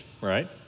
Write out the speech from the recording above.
right